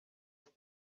have